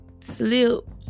slip